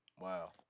Wow